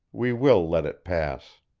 we will let it pass.